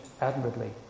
admirably